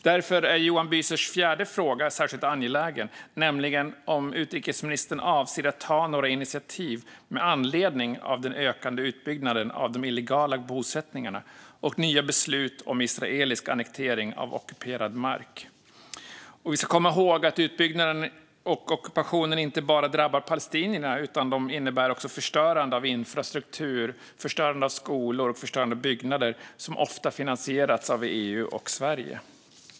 Därför är Johan Büsers fjärde fråga särskilt angelägen, nämligen om utrikesministern avser att ta några initiativ med anledning av den ökande utbyggnaden av de illegala bosättningarna och nya beslut om israelisk annektering av ockuperad mark. Vi ska komma ihåg att utbyggnaden och ockupationen inte bara drabbar palestinierna utan också innebär förstörande av infrastruktur, förstörande av skolor och förstörande av byggnader som ofta finansierats av EU och Sverige.